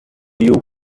you